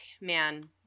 man